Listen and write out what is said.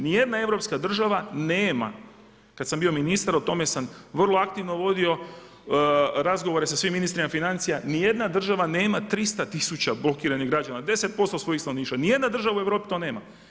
Nijedna europska država nema, kad sam bio ministar o tome sam vrlo aktivno vodio razgovore sa svim ministrima financija, nijedna država nema 300 000 blokiranih građana, 10% svojeg stanovništva, nijedna država u Europi to nema.